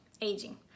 aging